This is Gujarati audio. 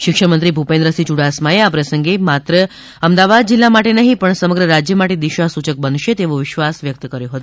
શિક્ષણમંત્રી ભુપેન્દ્રસિંહ યુડાસમાએ આ પ્રસંગે માત્ર અમદાવાદ જીલ્લા માટે નહિ પણ સમગ્ર રાજ્ય માટે દિશા સુચક બનશે તેવો વિશ્વાસ વ્યક્ત કર્યો હતો